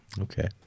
Okay